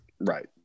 Right